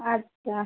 আচ্ছা